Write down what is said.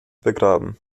begraben